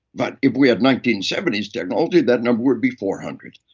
but if we had nineteen seventy s technology, that number would be four hundred.